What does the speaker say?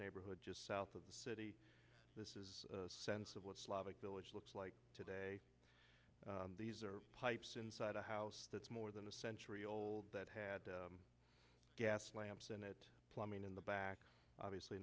neighborhood just south of the city this is the sense of what slavic village looks like today these are pipes inside a house that's more than a century old that had gas lamps in it plumbing in the back obviously